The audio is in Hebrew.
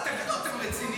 5 ק"מ.